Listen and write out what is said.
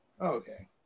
Okay